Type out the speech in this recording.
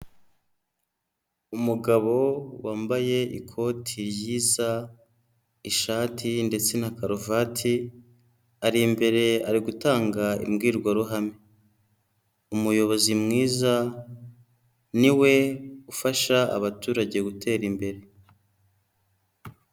Umugabo wambaye ikoti ryiza, ishati ndetse na karuvati ari imbere, ari gutanga imbwirwaruhame. Umuyobozi mwiza niwe ufasha abaturage gutera imbere.